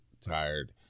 tired